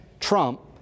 Trump